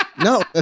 no